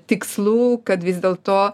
tikslų kad vis dėl to